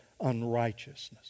unrighteousness